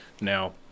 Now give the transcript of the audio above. Now